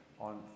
on